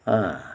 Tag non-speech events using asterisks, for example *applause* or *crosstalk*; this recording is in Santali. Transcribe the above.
ᱦᱮᱸ *unintelligible*